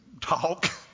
talk